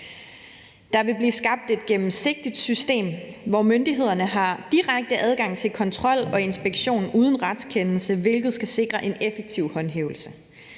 Der vil blive skabt et gennemsigtigt system, hvor myndighederne får direkte adgang til kontrol og inspektion uden retskendelse, hvilket skal sikre en effektiv håndhævelse.